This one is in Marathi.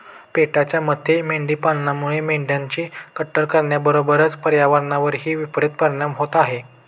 पेटाच्या मते मेंढी पालनामुळे मेंढ्यांची कत्तल करण्याबरोबरच पर्यावरणावरही विपरित परिणाम होत आहे